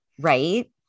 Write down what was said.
right